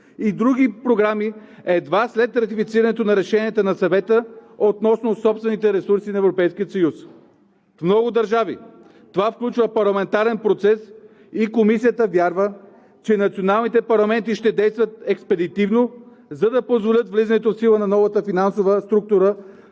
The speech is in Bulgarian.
и други програми едва след ратифицирането на решението на Съвета относно собствените ресурси на Европейския съюз. В много държави това включва парламентарен процес и Комисията вярва, че националните парламенти ще действат експедитивно, за да позволят влизането в сила на новата финансова структура